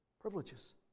Privileges